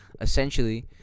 essentially